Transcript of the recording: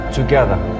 Together